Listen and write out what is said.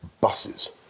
buses